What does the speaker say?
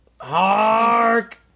Hark